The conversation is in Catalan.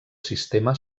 sistema